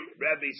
Rabbi